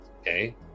okay